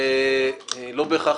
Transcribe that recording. זה לא בהכרח,